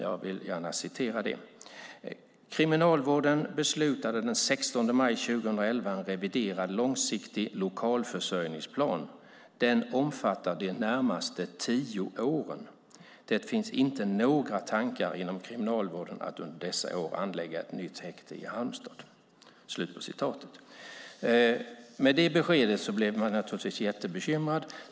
Jag vill gärna läsa upp det: Kriminalvården beslutade den 16 maj 2011 om en reviderad långsiktig lokalförsörjningsplan. Den omfattar de närmaste tio åren. Det finns inte några tankar inom Kriminalvården att under dessa år anlägga ett nytt häkte i Halmstad. Med det beskedet blev jag naturligtvis jättebekymrad.